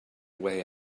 way